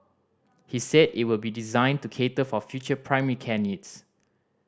he said it will be designed to cater for future primary care needs